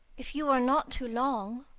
if you are not too long,